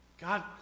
God